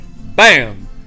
BAM